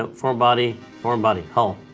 ah foreign body. foreign body, hull.